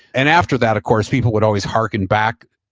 and after that of course, people would always hearken back,